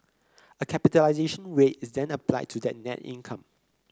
a capitalisation rate is then applied to that net income